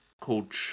called